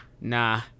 Nah